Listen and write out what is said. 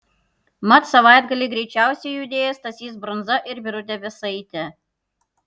mat savaitgalį greičiausiai judėjo stasys brunza ir birutė vėsaitė